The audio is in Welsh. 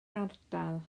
ardal